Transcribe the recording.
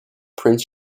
prince